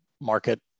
market